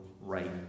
right